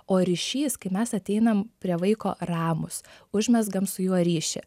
o ryšys kai mes ateinam prie vaiko ramūs užmezgam su juo ryšį